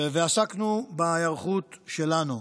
ועסקנו בהיערכות שלנו.